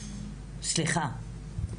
סליחה.